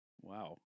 Wow